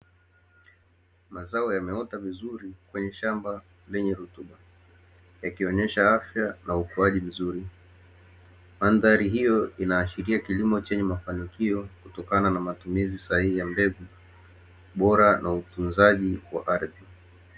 Mazao yameota vizuri kwenye shamba lenye rutuba yakionyesha afya na ukuaji mzuri. Mandhari hiyo inaashiria kilimo chenye mafanikio kutokana na matumizi sahihi ya mbegu bora na utunzaji wa ardhi.